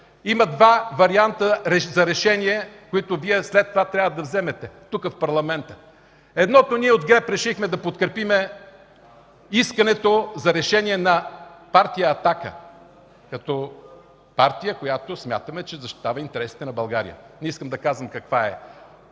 има два варианта за решение, които след това трябва да вземете тук, в Парламента. Едното ние от ГЕРБ решихме да подкрепим – искането за решение на партия „Атака” като партия, която смятаме, че защитава интересите на България. Не искам да казвам каква е